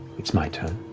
it's my turn.